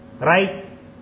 rights